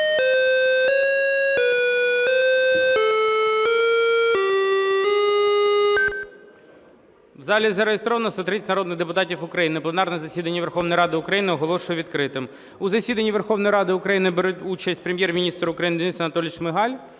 У залі зареєстровано 130 народних депутатів України. Пленарне засідання Верховної Ради України оголошую відкритим. У засіданні Верховної Ради України беруть участь Прем'єр-міністр України Денис Анатолійович Шмигаль